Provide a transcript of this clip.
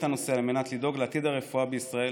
הנושא על מנת לדאוג לעתיד הרפואה בישראל